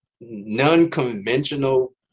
non-conventional